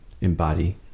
embody